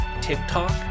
TikTok